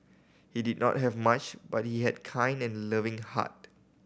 he did not have much but he had a kind and loving heart